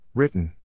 Written